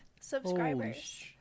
subscribers